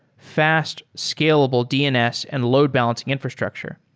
fast, scalable dns and load-balancing infrastructure.